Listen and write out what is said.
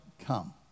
come